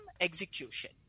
execution